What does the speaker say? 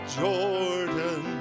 jordan